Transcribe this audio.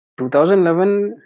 2011